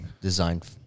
designed